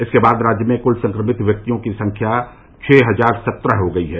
इसके बाद राज्य में कूल संक्रमित व्यक्तियों की संख्या छः हजार सत्रह हो गई है